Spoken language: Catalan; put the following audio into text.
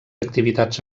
activitats